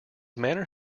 manner